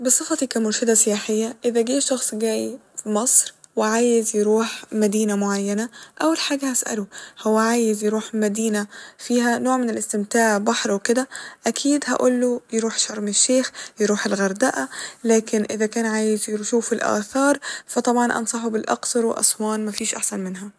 بصفتي كمرشدة سياحية إذا جه شخص جاي مصر وعايز يروح مدينة معينة أول حاجة هسأله هو عايز يروح مدينة فيها نوع من الاستمتاع بحر وكده أكيد هقوله يروح شرم الشيخ هقوله يروح الغردقة لكن اذا كان عايز يشوف الآثار فطبعا أنصحه بالأقصر وأسوان مفيش أحسن منها